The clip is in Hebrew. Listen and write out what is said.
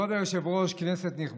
חבר הכנסת משה אבוטבול,